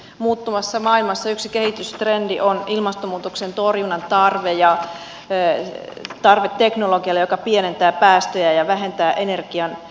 muuttuvassa maailmassa yksi kehitystrendi on ilmastonmuutoksen torjunnan tarve ja tarve teknologialle joka pienentää päästöjä ja vähentää energiankulutusta